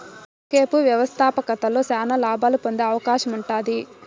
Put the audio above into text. ఒకేపు వ్యవస్థాపకతలో శానా లాబాలు పొందే అవకాశముండాది